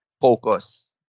focus